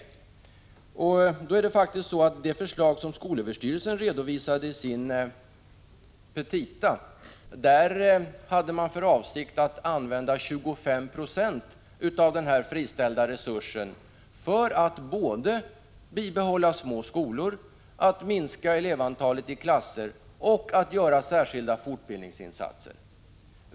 Skolöverstyrelsen hade, enligt det förslag som man redovisade i sin petita, för avsikt att använda 25 96 av denna friställda resurs för att bibehålla små skolor, för att minska elevantalet i klasserna och för att göra särskilda fortbildningsinsatser.